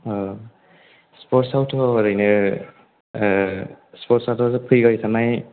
औ स्पर्ट्सआवथ' ओरैनो स्पर्ट्सआथ' फैबाय थानाय